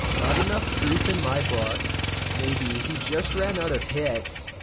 not enough proof in my book maybe he just ran out of hits.